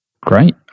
Great